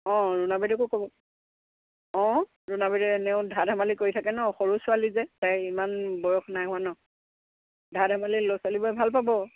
অঁ ৰুণা বাইদেউকো ক'ব অঁ ৰুণা বাইদেৱে এনেও ধা ধেমালি কৰি থাকে নহ্ সৰু ছোৱালী যে তাই ইমান বয়স নাই হোৱা নহ্ ধা ধেমালি ল'ৰা ছোৱালীবোৰে ভাল পাব